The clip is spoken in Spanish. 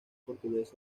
portuguesa